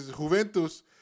Juventus